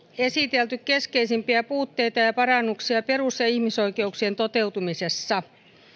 esitelty keskeisimpiä puutteita ja ja parannuksia perus ja ihmisoikeuksien toteutumisessa